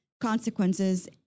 consequences